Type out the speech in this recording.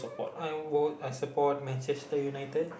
I would I support Manchester-United